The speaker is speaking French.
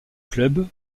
club